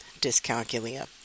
dyscalculia